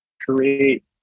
create